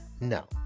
No